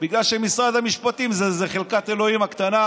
בגלל שמשרד המשפטים זו חלקת אלוהים הקטנה,